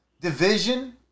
Division